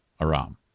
Aram